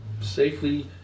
safely